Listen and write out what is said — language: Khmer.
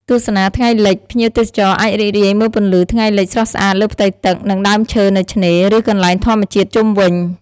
ទស្សនាថ្ងៃលិច ភ្ញៀវទេសចរអាចរីករាយមើលពន្លឺថ្ងៃលិចស្រស់ស្អាតលើផ្ទៃទឹក និងដើមឈើនៅឆ្នេរ ឬកន្លែងធម្មជាតិជុំវិញ។